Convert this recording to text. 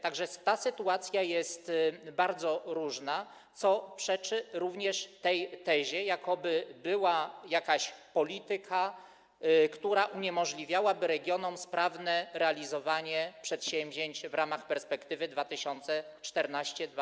Tak że ta sytuacja jest bardzo różna, co przeczy również tej tezie, jakoby była jakaś polityka, która uniemożliwiałaby regionom sprawne realizowanie przedsięwzięć w ramach perspektywy 2014–2020.